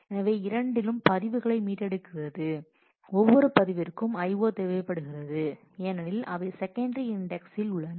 எனவே இரண்டிலும் பதிவுகளை மீட்டெடுக்கிறது ஒவ்வொரு பதிவிற்கும் I O தேவைப்படுகிறது ஏனெனில் அவை செகண்டரி இன்டெக்ஸில் உள்ளன